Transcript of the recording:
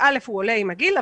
(א) עולה עם הגיל,